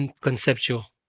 conceptual